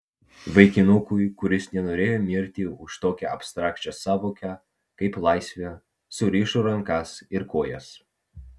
vaikinukui kuris nenorėjo mirti už tokią abstrakčią sąvoką kaip laisvė surišo rankas ir kojas